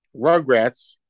rugrats